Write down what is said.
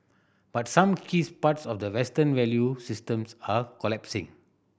but some keys parts of the Western value systems are collapsing